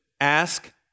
ask